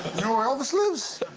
know where elvis lives?